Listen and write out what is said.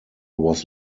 was